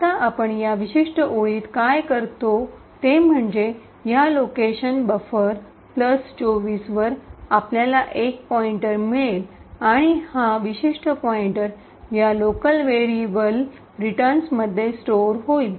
आता आपण या विशिष्ट ओळीत काय करतो ते म्हणजे या लोकेशन बफर प्लस २४ वर आपल्याला एक पॉईंटर मिळेल आणि हा विशिष्ट पॉईंटर या लोकल व्हेरिएबल रिटर्नमधे स्टोआर होईल